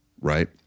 right